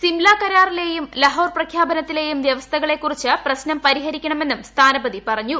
സിംല കരാറിലെയും ലഹോർ പ്രഖ്യാപനത്തിലെയും വൃവസ്ഥകളനുസരിച്ച് പ്രശ്നം പരിഹരിക്കണമെന്നും സ്ഥാനപതി പറഞ്ഞു